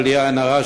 בלי עין הרע,